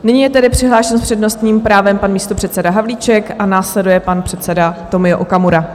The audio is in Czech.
Nyní je tedy přihlášen s přednostním právem pan místopředseda Havlíček a následuje pan předseda Tomio Okamura.